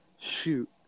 Shoot